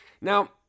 Now